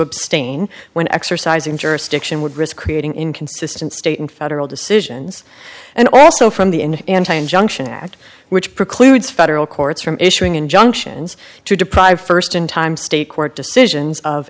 abstain when exercising jurisdiction would risk creating inconsistent state and federal decisions and also from the in an anti injunction act which precludes federal courts from issuing injunctions to deprive first in time state court decisions of